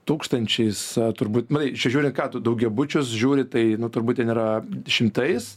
tūkstančiais turbūt matai čia žiūrint ką tu daugiabučius žiūri tai nu turbūt ten yra šimtais